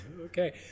okay